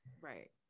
Right